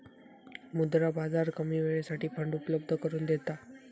मुद्रा बाजार कमी वेळेसाठी फंड उपलब्ध करून देता